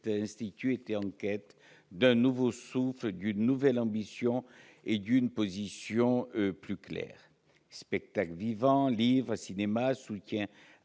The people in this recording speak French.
l'institut était en quête « d'un nouveau souffle, d'une nouvelle ambition et d'une position plus claire ». Spectacle vivant, livre, cinéma, soutien